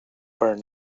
were